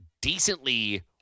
decently